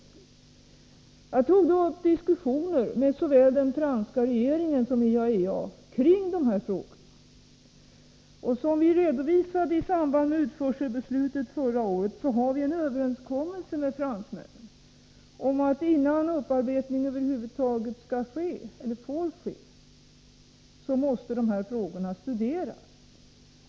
Jag tog då upp diskussioner med såväl den franska regeringen som IAEA kring dessa frågor. Och som vi redovisade i samband med utförselbeslutet förra året har vi en överenskommelse med fransmännen om att innan upparbetning över huvud taget får ske måste dessa frågor studeras.